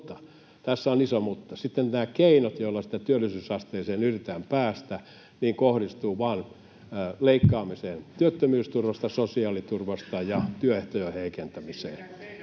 tässä on iso mutta — sitten nämä keinot, joilla siihen työllisyysasteeseen yritetään päästä, kohdistuvat vain leikkaamiseen työttömyysturvasta, sosiaaliturvasta, ja työehtojen heikentämiseen.